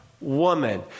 woman